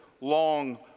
long